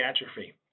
Atrophy